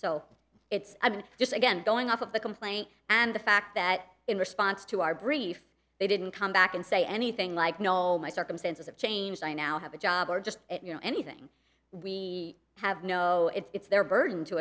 so it's just again going off of the complaint and the fact that in response to our brief they didn't come back and say anything like know my circumstances have changed i now have a job or just you know anything we have no it's their burden to